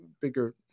bigger